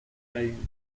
haydn